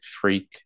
freak